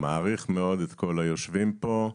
אני מעריך מאוד את כל היושבים פה.